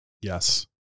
Yes